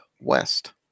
west